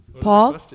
Paul